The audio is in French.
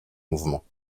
mouvements